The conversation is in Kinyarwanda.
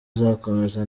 uzakomeza